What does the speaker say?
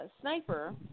sniper